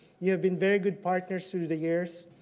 you have been very good partners through the years.